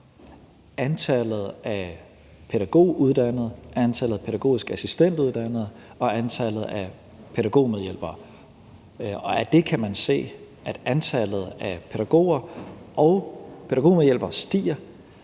antallet af pædagoguddannede, antallet af pædagogisk assistent-uddannede og antallet af pædagogmedhjælpere. Og af det kan man se, at antallet af pædagoger og pædagogmedhjælpere stiger,